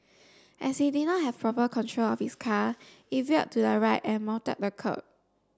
as he did not have proper control of his car it veered to the right and mounted the kerb